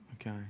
Okay